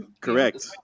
Correct